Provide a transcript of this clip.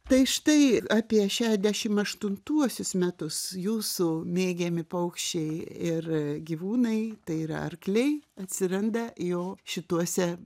tai štai apie šešiasdešim aštuntuosius metus jūsų mėgiami paukščiai ir gyvūnai tai yra arkliai atsiranda jo šituose